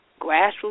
grassroots